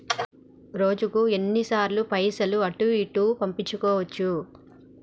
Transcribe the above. రోజుకు ఎన్ని సార్లు పైసలు అటూ ఇటూ పంపించుకోవచ్చు?